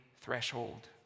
threshold